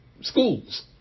schools